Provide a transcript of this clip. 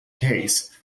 case